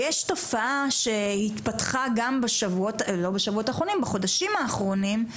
ויש תופעה שהתפתחה גם בחודשים האחרונים,